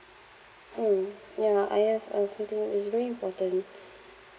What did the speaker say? mm ya I have a few thing it's very important